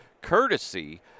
courtesy